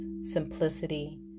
simplicity